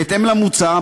בהתאם למוצע,